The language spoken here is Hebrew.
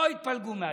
לא יתפלגו מהליכוד.